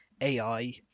AI